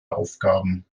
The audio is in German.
aufgaben